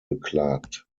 beklagt